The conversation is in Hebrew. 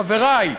חברי,